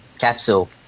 capsule